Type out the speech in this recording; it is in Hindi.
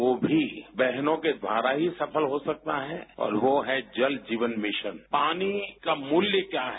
वो भी बहनों के द्वारा ही सफल हो सकता है और वो है जल जीवन मिशन पानी का मूल्य क्या है